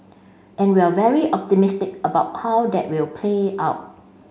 and we're very optimistic about how that will play out